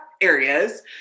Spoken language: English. areas